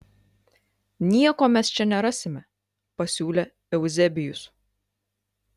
nieko mes čia nerasime pasiūlė euzebijus